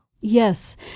Yes